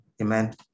Amen